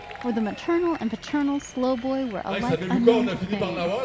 for the maternal and paternal slowboy were alike unknown to fame,